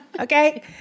Okay